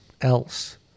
else